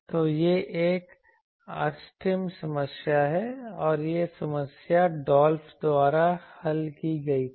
तो यह एक ऑप्टिमम समस्या है और यह समस्या डॉल्फ' द्वारा हल की गई थी